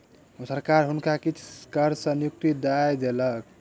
सरकार हुनका किछ कर सॅ मुक्ति दय देलक